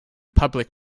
public